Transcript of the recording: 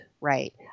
Right